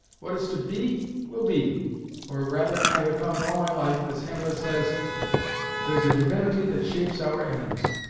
what is to be, will be or, rather, i have found all my life, as hamlet says there's a divinity that shapes our ends,